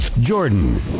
jordan